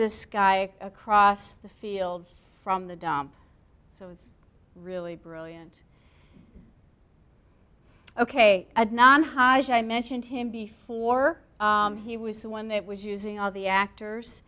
this guy across the field from the dump so it's really brilliant ok and non hostile i mentioned him before he was the one that was using all the actors